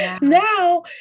Now